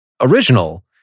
original